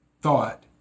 thought